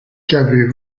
qu’avez